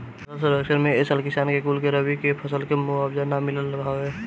फसल सर्वे में ए साल किसान कुल के रबी के फसल के मुआवजा ना मिलल हवे